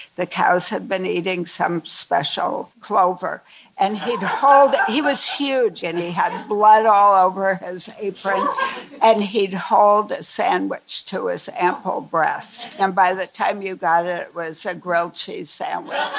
the cows had been eating some special clover and he'd hold, he was huge and he had blood all over his apron and he'd hold a sandwich to his ample breast, and by the time you got it, it was a grilled cheese sandwich